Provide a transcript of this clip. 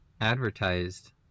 advertised